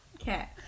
Okay